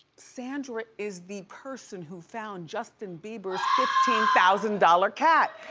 sandra is the person who found justin bieber's fifteen thousand dollars cat.